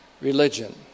religion